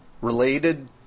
Related